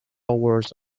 wars